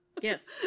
Yes